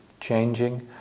changing